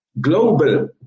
global